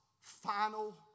final